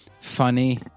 funny